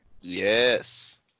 Yes